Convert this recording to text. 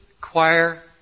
choir